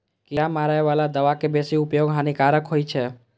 कीड़ा मारै बला दवा के बेसी उपयोग हानिकारक होइ छै